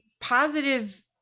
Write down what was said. positive